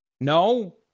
No